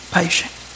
patient